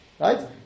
right